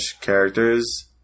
characters